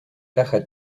caja